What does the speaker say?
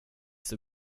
ser